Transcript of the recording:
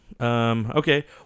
Okay